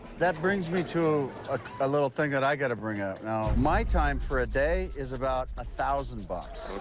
that brings me to ah a little thing that i got to bring up. now, my time for a day is about one ah thousand bucks.